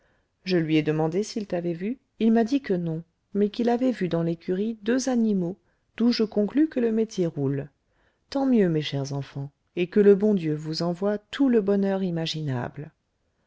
je lui ai demandé s'il t'avait vue il m'a dit que non mais qu'il avait vu dans l'écurie deux animaux d'où je conclus que le métier roule tant mieux mes chers enfants et que le bon dieu vous envoie tout le bonheur imaginable